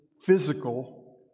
physical